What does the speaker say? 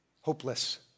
hopeless